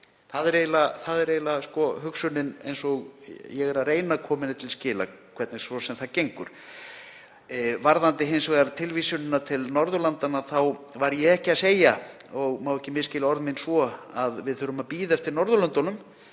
Það er eiginlega hugsunin sem ég er að reyna að koma til skila, hvernig svo sem það gengur. Varðandi tilvísunina til Norðurlandanna var ég ekki að segja, og má ekki misskilja orð mín svo, að við þurfum að bíða eftir Norðurlöndunum.